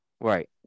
Right